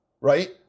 right